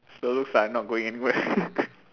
so looks like I'm not going anywhere